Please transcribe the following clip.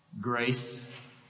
grace